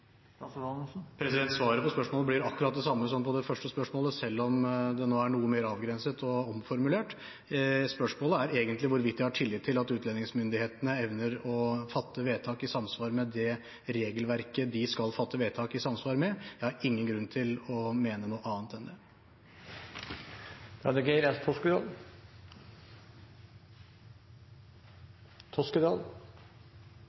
Svaret på spørsmålet blir akkurat det samme som på det første spørsmålet, selv om det nå er noe mer avgrenset og omformulert. Spørsmålet er egentlig hvorvidt jeg har tillit til at utlendingsmyndighetene evner å fatte vedtak i samsvar med det regelverket de skal fatte vedtak i samsvar med. Jeg har ingen grunn til å mene noe annet enn det. I justisministerens brev til kommunal- og forvaltningskomiteen av 18. februar gjøres det